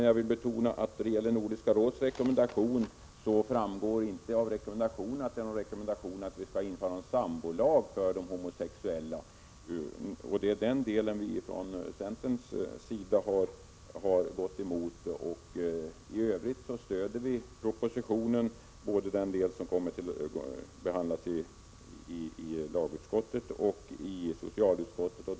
Jag vill dock betona att det av Nordiska rådets rekommendation inte framgår att den skulle innebära någon rekommendation för oss att införa någon sambolag för de homosexuella. Det är den delen vi har gått emot från centerns sida. I övrigt stöder vi propositionen, både den del som behandlats i lagutskottet och den som behandlats i socialutskottet.